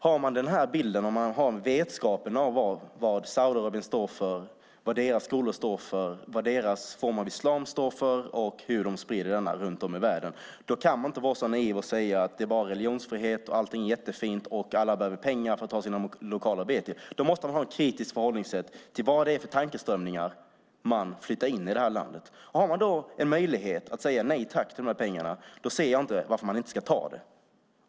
Har man den här bilden och en vetskap om vad Saudiarabien står för, vad deras skolor står för, vad deras form av islam står för och hur de sprider denna runt om i världen kan man inte vara så naiv och säga att det bara är religionsfrihet, att allting är jättefint och att alla behöver pengar för att ha sina lokaler att be i. Då måste man ha ett kritiskt förhållningssätt till vad det är för tankeströmningar man flyttar in i landet. Har man då en möjlighet att säga nej tack till dessa pengar ser jag inte varför man inte ska ta den.